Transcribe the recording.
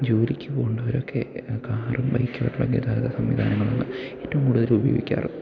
ജോലിക്ക് പോകേണ്ടവരൊക്കെ കാറും ബൈക്കുവായിട്ടുള്ള ഗതാഗത സംവിധാനമാണ് ഏറ്റവും കൂടുതൽ ഉപയോഗിക്കാറ്